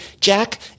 Jack